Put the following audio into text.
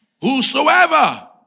Whosoever